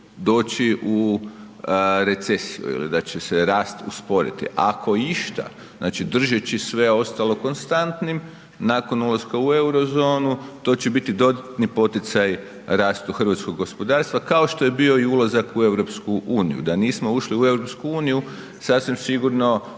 doći u recesiju ili da će se rast usporiti. Ako išta dakle držeći sve ostalo konstantnim nakon ulaska u euro-zonu to će biti dodatni poticaj rastu hrvatskog gospodarstva kao što je bio i ulazak u Europsku uniju. Da nismo ušli u Europsku uniju sasvim sigurno